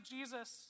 Jesus